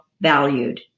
valued